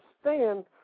stand